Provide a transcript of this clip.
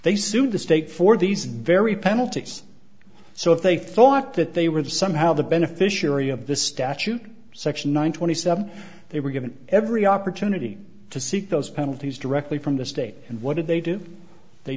they sued the state for these very penalties so if they thought that they were somehow the beneficiary of this statute section one twenty seven they were given every opportunity to seek those penalties directly from the state and what did they do they